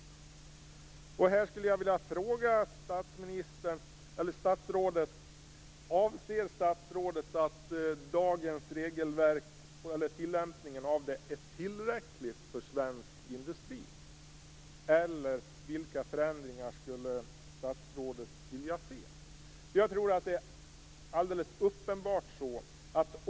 Här skulle jag vilja fråga statsrådet om han anser att dagens regelverk - eller tillämpningen av det - är tillräckligt för svensk industri, eller skulle statsrådet vilja se några förändringar?